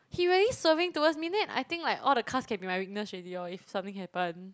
he really swerving towards me then I think like all the cars can be my witness already loh if something happen